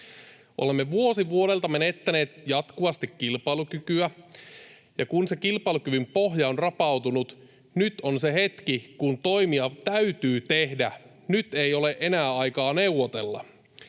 Olemme vuosi vuodelta menettäneet jatkuvasti kilpailukykyä, ja kun se kilpailukyvyn pohja on rapautunut, nyt on se hetki, kun toimia täytyy tehdä. Nyt ei ole enää aikaa neuvotella.